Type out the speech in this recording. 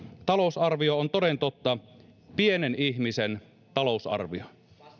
talousarvio on toden totta pienen ihmisen talousarvio